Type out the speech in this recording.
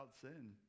sin